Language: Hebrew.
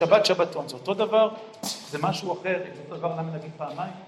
שבת שבתון זה אותו דבר? אם זה משהו אחר, את אותו דבר להגיד פעמיים?